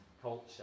Culture